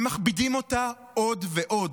ומכבידים אותה עוד ועוד.